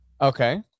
Okay